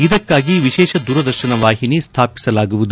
ಇದಕ್ಕಾಗಿ ವಿಶೇಷ ದೂರದರ್ಶನ ವಾಹಿನಿ ಸ್ಥಾಪಿಸಲಾಗುವುದು